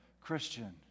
Christian